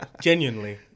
genuinely